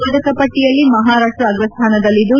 ಪದಕ ಪಟ್ಟಿಯಲ್ಲಿ ಮಹಾರಾಷ್ಟ ಅಗ್ರಸ್ಥಾನದಲ್ಲಿದ್ದು